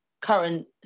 current